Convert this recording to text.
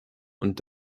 und